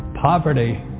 Poverty